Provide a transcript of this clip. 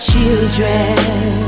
Children